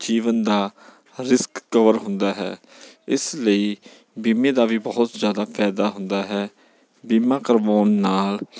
ਜੀਵਨ ਦਾ risk cover ਹੁੰਦਾ ਹੈ ਇਸ ਲਈ ਬੀਮੇ ਦਾ ਵੀ ਬਹੁਤ ਜ਼ਿਆਦਾ ਫਾਇਦਾ ਹੁੰਦਾ ਹੈ ਬੀਮਾ ਕਰਵਾਉਣ ਨਾਲ